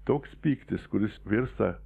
toks pyktis kuris virsta